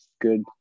good